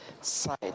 Side